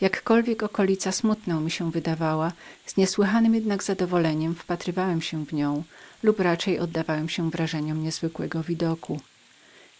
jakkolwiek okolica smutną mi się wydała z niesłychanem jednak zadowoleniem zapatrywałem się na nią lub raczej oddawałem się wrażeniom niezwykłego widoku